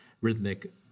rhythmic